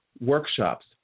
workshops